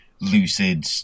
lucid